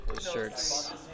shirts